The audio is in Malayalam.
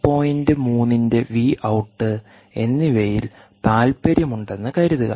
3 ന്റെ വി ഔട്ട് എന്നിവയിൽ താൽപ്പര്യമുണ്ടെന്ന് കരുതുക